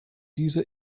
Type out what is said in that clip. diese